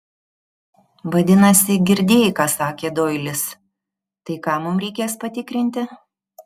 vadinasi girdėjai ką sakė doilis tai ką mums reikės patikrinti